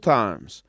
times